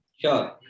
sure